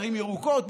ערים ירוקות,